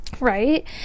right